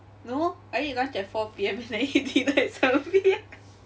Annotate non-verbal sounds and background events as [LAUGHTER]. no I eat lunch at four P_M then I eat dinner [LAUGHS] at seven P_M [LAUGHS]